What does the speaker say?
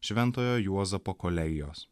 šventojo juozapo kolegijos